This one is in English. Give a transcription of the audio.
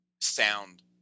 sound